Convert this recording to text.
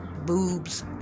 boobs